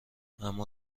اما